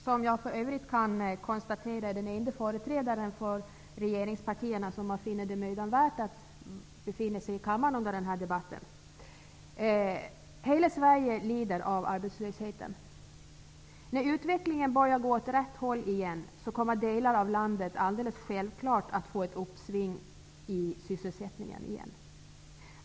Som jag för övrigt kan konstatera är det en enda företrädare för regeringspartierna som funnit det mödan värt att befinna sig i kammaren under den här debatten. Hela Sverige lider av arbetslösheten. När utvecklingen börjar gå åt rätt håll igen, kommer delar av landet alldeles självklart att få ett uppsving i sysselsättningen igen.